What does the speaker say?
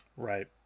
Right